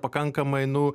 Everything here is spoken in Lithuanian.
pakankamai nu